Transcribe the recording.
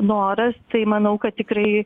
noras tai manau kad tikrai